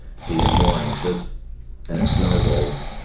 so you get more anxious and it snowballs.